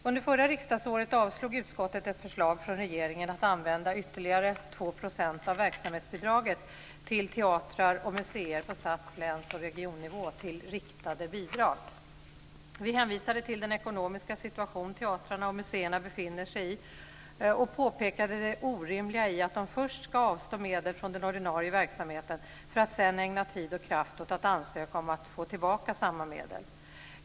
Under förra riksdagsåret avslog utskottet ett förslag från regeringen att använda ytterligare 2 % av verksamhetsbidraget till teatrar och museer på stads-, läns och regionnivå till riktade bidrag. Vi hänvisade till den ekonomiska situation teatrarna och museerna befinner sig i och påpekade det orimliga i att de först ska avstå medel från den ordinarie verksamheten för att sedan ägna tid och kraft åt att ansöka om att få tillbaka samma medel.